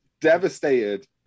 devastated